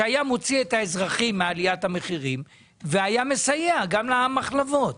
מה שהיה מוציא את האזרחים מעליית המחירים והיה מסייע גם למחלבות?